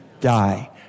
die